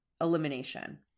elimination